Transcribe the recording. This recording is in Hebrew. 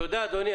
תודה, אדוני.